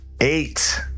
Eight